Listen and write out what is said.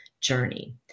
journey